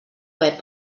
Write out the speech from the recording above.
web